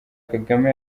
kagame